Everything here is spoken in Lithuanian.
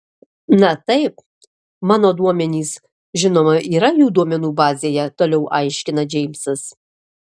na taip mano duomenys žinoma yra jų duomenų bazėje toliau aiškina džeimsas